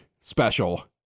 special